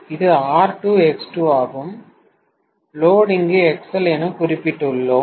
இது R2 X2 ஆகும் load இங்கு XL என குறிப்பிட்டுளோம்